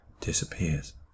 disappears